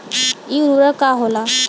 इ उर्वरक का होला?